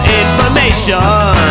information